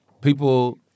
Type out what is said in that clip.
people